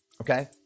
Okay